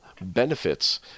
benefits